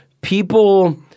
people